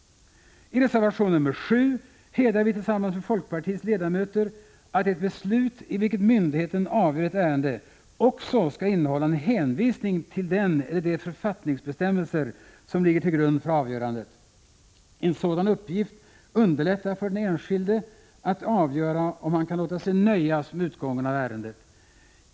I reservation nr 7 hävdar vi och folkpartiets ledamöter att ett beslut, i vilket myndigheten avgör ett ärende, också skall innehålla en hänvisning till den eller de författningsbestämmelser som ligger till grund för avgörandet. En sådan uppgift underlättar för den enskilde att avgöra om han kan låta sig nöja med utgången av ärendet.